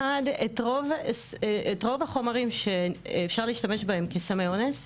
את רוב החומרים שאפשר להשתמש בהם כסמי אונס,